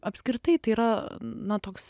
apskritai tai yra na toks